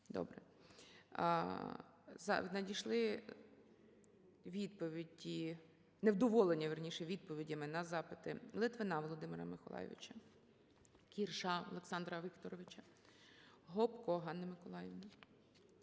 Добре. Надійшли відповіді… невдоволення, вірніше, відповідями на запити Литвина Володимира Михайловича, Кірша Олександра Вікторовича, Гопко Ганни Миколаївни,